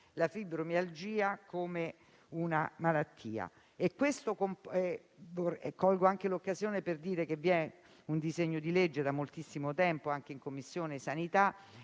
la fibromialgia come una malattia e colgo l'occasione per dire che vi è un disegno di legge che giace da moltissimo tempo in Commissione sanità